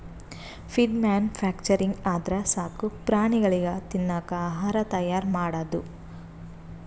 feed manufacturing ಅಂದ್ರ ಸಾಕು ಪ್ರಾಣಿಗಳಿಗ್ ತಿನ್ನಕ್ ಆಹಾರ್ ತೈಯಾರ್ ಮಾಡದು